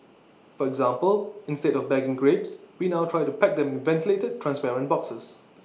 for example instead of bagging grapes we now try to pack them in ventilated transparent boxes